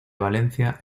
valencia